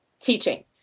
teaching